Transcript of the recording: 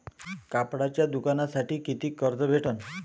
कापडाच्या दुकानासाठी कितीक कर्ज भेटन?